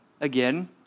Again